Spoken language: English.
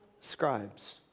scribes